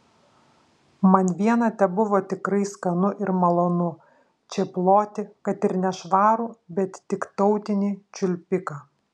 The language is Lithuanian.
man viena tebuvo tikrai skanu ir malonu čėploti kad ir nešvarų bet tik tautinį čiulpiką